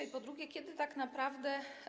I po drugie, kiedy tak naprawdę.